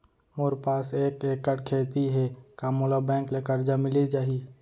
मोर पास एक एक्कड़ खेती हे का मोला बैंक ले करजा मिलिस जाही?